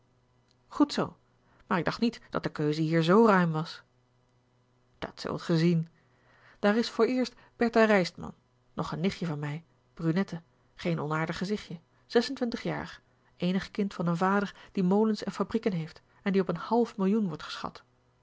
goed zoo maar ik dacht niet dat de keuze hier zoo ruim was dat zult gij zien daar is vooreerst bertha rijstman nog een nichtje van mij brunette geen onaardig gezichtje zes-en-twintig jaar eenig kind van een vader die molens en fabrieken heeft en die op een half millioen wordt geschat